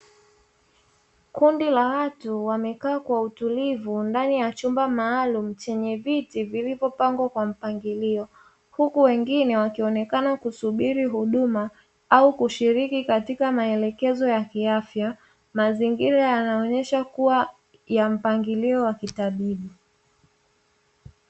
Kundi la watu wamekaa kwa utulivu ndani ya chumba maalumu chenye viti vilivyopangwa kwa mpangilio, huku wengine wakionekana kusubiri huduma au kushiriki katika maelekezo ya kiafya, mazingira yanaonyesha kuwa ya mpangilio wa kitabibu.